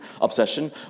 obsession